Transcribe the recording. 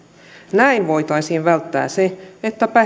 näin voitaisiin välttää se että